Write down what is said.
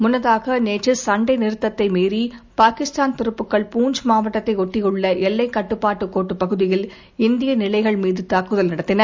முன்னதாக நேற்று சண்டை நிறுத்ததை மீறி பாகிஸ்தான் துருப்புக்கள் பூஞ்ச் மாவட்டத்தை ஒட்டியுள்ள எல்லைக்கட்டுப்பாட்டு கோட்டு பகுதியில் இந்திய நிலைகள்மீது தாக்குதல் நடத்தின